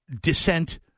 dissent